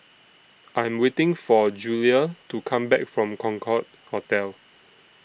I Am waiting For Julia to Come Back from Concorde Hotel